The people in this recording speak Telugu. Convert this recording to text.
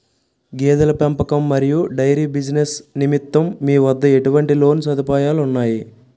గేదెల పెంపకం మరియు డైరీ బిజినెస్ నిమిత్తం మీ వద్ద ఎటువంటి లోన్ సదుపాయాలు ఉన్నాయి?